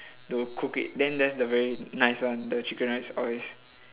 to cook it then that's the very nice one the chicken rice always